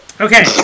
Okay